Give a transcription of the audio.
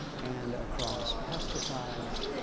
and across pesticides,